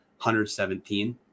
117